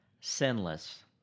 sinless